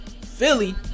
Philly